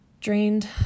drained